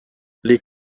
les